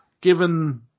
given